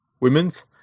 women's